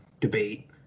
debate